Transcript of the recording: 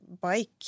bike